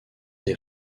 des